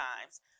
times